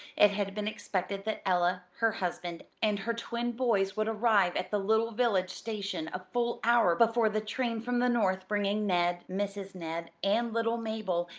it had been expected that ella, her husband, and her twin boys would arrive at the little village station a full hour before the train from the north bringing ned, mrs. ned, and little mabel,